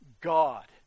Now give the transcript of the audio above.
God